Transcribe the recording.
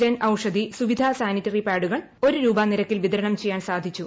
Jan Aushadhi Suvidha sanitary പാഡുകൾ ഒരു രൂപ നിരക്കിൽ വിതരണം ചെയ്യാൻ സാധിച്ചു